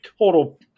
total